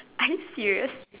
are you serious